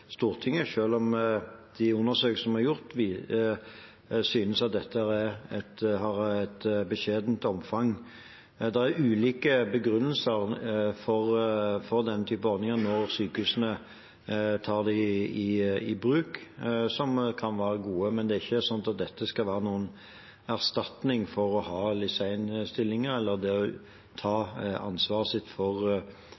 Stortinget, selv om de undersøkelsene som er gjort, viser at dette har et beskjedent omfang. Det er ulike begrunnelser, som kan være gode, for denne typen ordning når sykehusene tar den i bruk, men det er ikke sånn at dette skal være noen erstatning for å ha LIS1-stillinger eller å ta